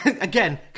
again